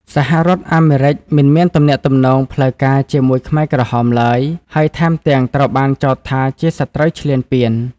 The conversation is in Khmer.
សហរដ្ឋអាមេរិកមិនមានទំនាក់ទំនងផ្លូវការជាមួយខ្មែរក្រហមឡើយ ហើយថែមទាំងត្រូវបានចោទថាជាសត្រូវឈ្លានពាន។